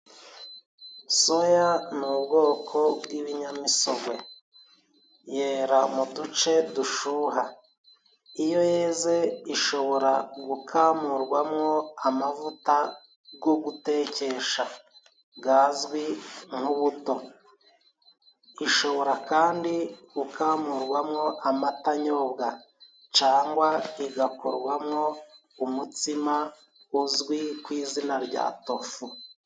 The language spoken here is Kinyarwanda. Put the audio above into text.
Soya ni ubwoko bw'ibinyamisogwe yera mu duce dushyuha, iyo yeze ishobora gukamurwamo amavuta yo gutekesha azwi nk'ubuto, ishobora kandi gukamurwamo amata anyobwa, cyangwa igakorwamo umutsima uzwi ku izina rya tofu.